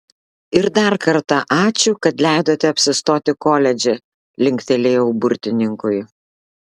ir dar kartą ačiū kad leidote apsistoti koledže linktelėjau burtininkui